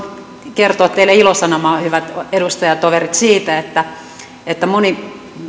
kertoa teille ilosanomaa hyvät edustajatoverit siitä että että moni